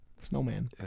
Snowman